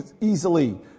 easily